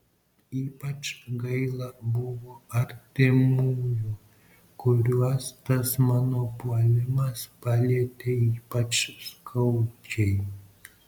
ypač gaila buvo artimųjų kuriuos tas mano puolimas palietė ypač skaudžiai